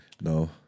No